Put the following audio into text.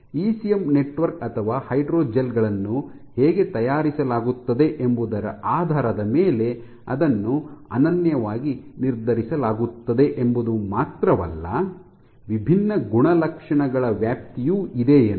ECM network ಅಥವಾ hydrogel ಗಳನ್ನು ಹೇಗೆ ತಯಾರಿಸಲಾಗುತ್ತದೆ ಎಂಬುದರ ಆಧಾರದ ಮೇಲೆ ಅದನ್ನು ಅನನ್ಯವಾಗಿ ನಿರ್ಧರಿಸಲಾಗುತ್ತದೆ ಎಂಬುದು ಮಾತ್ರವಲ್ಲ ವಿಭಿನ್ನ ಗುಣಲಕ್ಷಣಗಳ ವ್ಯಾಪ್ತಿಯು ಇದೆ ಎಂದು